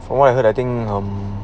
from what I heard I think um